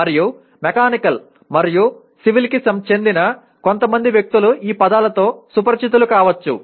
మరియు మెకానికల్ మరియు సివిల్ కి చెందిన కొంతమంది వ్యక్తులు ఈ పదాలతో సుపరిచితులు కావచ్చు